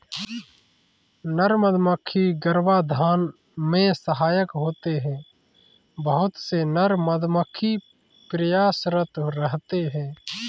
नर मधुमक्खी गर्भाधान में सहायक होते हैं बहुत से नर मधुमक्खी प्रयासरत रहते हैं